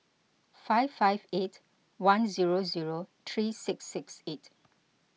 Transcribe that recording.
five five eight one zero zero three six six eight